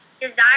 desire